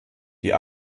die